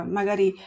magari